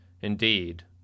Indeed